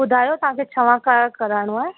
ॿुधायो तव्हांखे छा छा कराइणो आहे